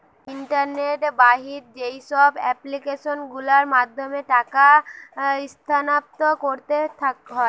internet বাহিত যেইসব application গুলোর মাধ্যমে টাকা স্থানান্তর করতে হয়